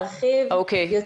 וכבאות.